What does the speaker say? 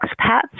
expats